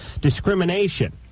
discrimination